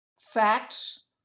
facts